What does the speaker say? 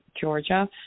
Georgia